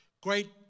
great